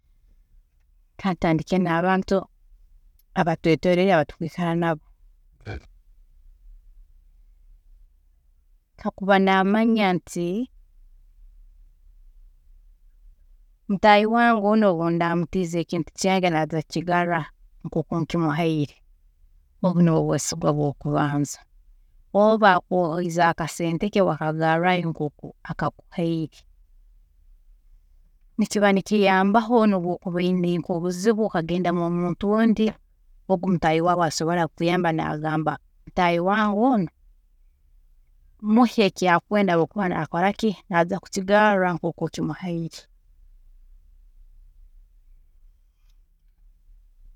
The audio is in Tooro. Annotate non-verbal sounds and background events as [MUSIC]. ﻿Kantandike nabantu abatwetoorwiire abu twiikara nabo, [NOISE] kakuba namanya nti mutaahi wange onu obu ndaamutiiza ekintu kyange kinu naija kukigaarra nkoku nkimuhaire, obu nibwe bwesigwa bwokubanza, oba akwohoize akasente okakagaarrayo nkoku akakuhaire, nikiba nikiyambaho nobu okuba oyine nkobuzibu okagenda mwomuntu ondi, ogu mutaahi waawe asobola kukuyamba nagamba mutaahi wange onu, muhe eki akwenda habwookuba naija kukoraki, naija kukigaarra nkoku okimuhaire.